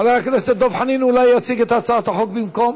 חבר הכנסת דב חנין אולי יציג את הצעת החוק במקום?